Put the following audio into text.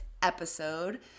episode